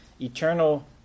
eternal